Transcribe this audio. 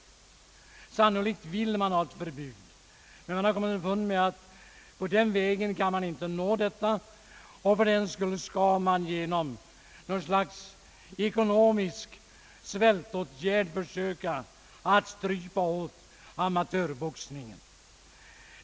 Sannolikt vill man ha ett förbud, men man har kommit underfund med att man inte kan nå detta mål genom direkta förslag. Fördenskull vill man genom ett slags ekonomisk svältåtgärd strypa åt amatörboxningen.